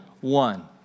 one